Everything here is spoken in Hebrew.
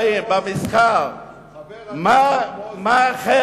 במסחר, חבר הכנסת מוזס, מה אחרת